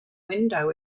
window